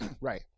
Right